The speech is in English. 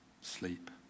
sleep